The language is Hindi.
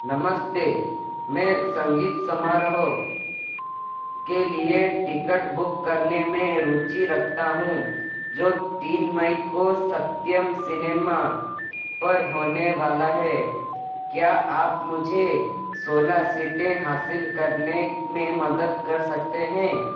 नमस्ते मैं संगीत समारोह के लिए टिकट बुक करने में रुचि रखता हूँ जो तीन मई को सत्यम सिनेमा पर होने वाला है क्या आप मुझे सोलह सीटें हासिल करने में मदद कर सकते हैं